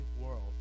world